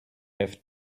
have